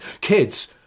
kids